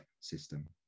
system